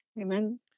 Amen